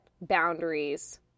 boundaries